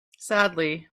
sadly